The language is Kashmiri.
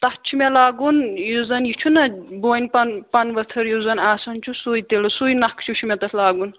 تَتھ چھُ مےٚ لاگُن یُس زَن یہِ چھُنا بونہِ پَن پَنہٕ ؤتھر یُس زَن آسان چھُ سُے تِلہٕ سُے نَقشہٕ چھُ مےٚ تَتھ لاگُن